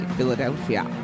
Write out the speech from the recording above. Philadelphia